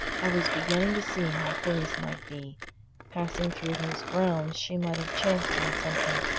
i was beginning to see how things might be passing through those grounds she might have chanced on something,